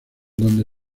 donde